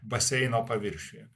baseino paviršiuje